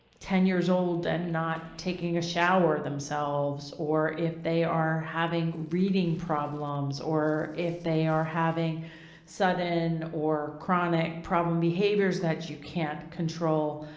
ten years old and not taking a shower themselves or if they are having reading problems or if they are having sudden or chronic problem behaviors that you can't control,